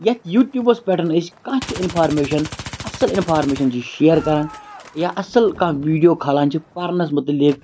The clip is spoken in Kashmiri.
یَتھ یوٗٹیوٗبَس پیٚٹھ أسۍ کانٛہہ تہِ اِنفارمیشَن اَصٕل اِنفارمیشَن چھِ شِیر کَران یا اَصٕل کانٛہہ ویٖڈیو کھالان چھِ پَرنَس مُتعلِق